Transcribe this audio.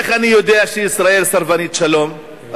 איך אני יודע שישראל סרבנית שלום,